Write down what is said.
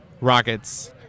rockets